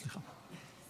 סליחה.